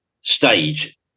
stage